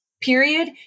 period